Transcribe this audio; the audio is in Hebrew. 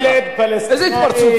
מה זאת ההסתה הזאת?